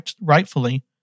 rightfully